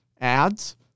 Ads